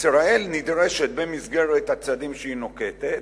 ישראל נדרשת, במסגרת הצעדים שהיא נוקטת,